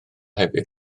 hefyd